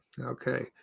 Okay